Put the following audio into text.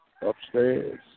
upstairs